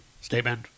Statement